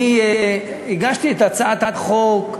אני הגשתי את הצעת החוק,